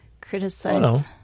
criticize